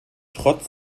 trotz